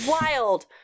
wild